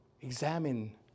examine